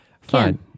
Fine